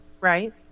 Right